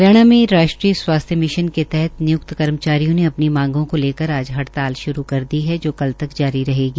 हरियाणा में राष्ट्रीय स्वास्थ्य मिशन के तहत निय्क्त कर्मचारियों ने अपनी मांगों को लेकर आज हड़ताल श्रू कर दी हथ़जो कल तक जारी रहेगी